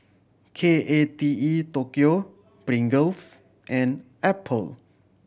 K A T E Tokyo Pringles and Apple